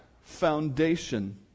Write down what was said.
foundation